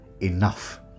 enough